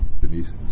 Denise